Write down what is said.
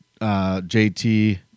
JT